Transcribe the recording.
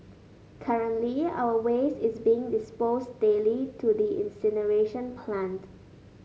currently our waste is being disposed daily to the incineration plant